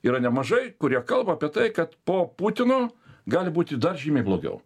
yra nemažai kurie kalba apie tai kad po putino gali būti dar žymiai blogiau